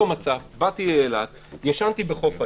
אותו מצב, באתי לאילת, ישנתי בחוף הים,